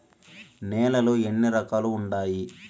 నేలలు ఎన్ని రకాలు వుండాయి?